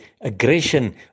aggression